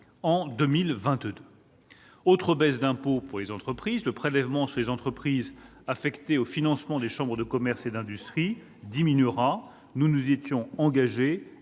en 2022. Autre baisse d'impôt pour les entreprises : le prélèvement sur les entreprises affecté au financement des chambres de commerce et d'industrie diminuera. Nous nous y étions engagés,